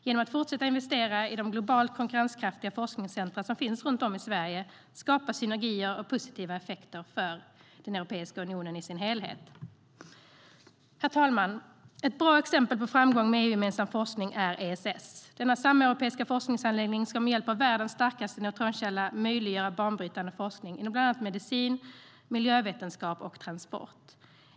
Genom att fortsätta investera i de globalt konkurrenskraftiga forskningscentrum som finns runt om i Sverige skapas synergier och positiva effekter för Europeiska unionen i dess helhet. Herr talman! Ett bra exempel på framgången med EU-gemensam forskning är ESS. Denna sameuropeiska forskningsanläggning ska med hjälp av världens starkaste neutronkälla möjliggöra banbrytande forskning inom bland annat medicin, miljövetenskap och transport.